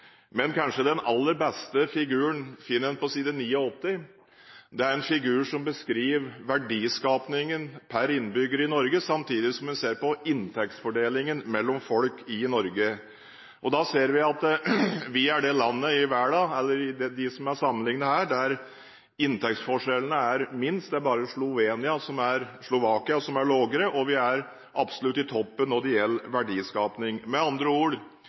men den kanskje aller beste figuren finner en på side 89. Det er en figur som beskriver verdiskapningen per innbygger i Norge samtidig som en ser på inntektsfordelingen mellom folk i Norge. Og da ser vi at vi er det landet blant dem som er sammenlignet her, der inntektsforskjellene er minst – det er bare Slovenia som er lavere – og vi er absolutt i toppen når det gjelder verdiskapning. Med andre ord: